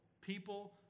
people